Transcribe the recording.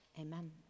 Amen